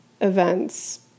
events